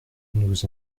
nous